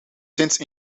since